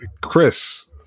Chris